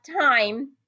time